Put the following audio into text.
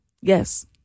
Yes